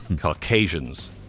Caucasians